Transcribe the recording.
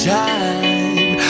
time